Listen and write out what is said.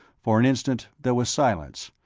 for an instant, there was silence,